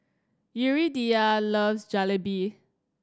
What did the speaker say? Yuridia loves Jalebi